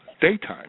daytime